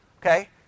Okay